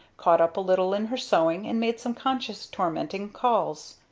caught up a little in her sewing and made some conscience-tormenting calls.